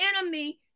enemy